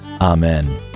Amen